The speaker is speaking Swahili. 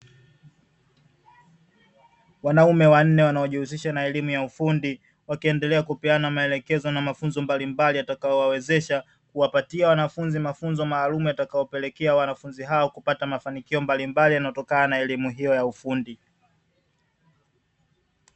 Wanaume wanne wanaojihusisha na elimu ya kiufundi, wakiendelea kupeana maelekezo na mafunzo mbalimbali yatakayo wawezesha kuwapatia wanafunzi mafunzo maalumu, yatakayopelekea wanafunzi hao kupata mafanikio mbalimbali yanayotokana na elimu hiyo ya ufundi.